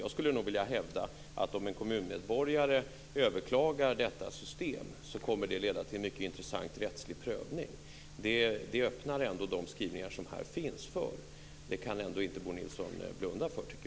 Jag skulle nog vilja hävda att om en kommunmedborgare överklagar detta system kommer det att leda till en mycket intressant rättslig prövning. Det öppnar de skrivningar som här finns för. Det kan Bo Nilsson ändå inte blunda för.